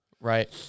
Right